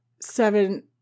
seven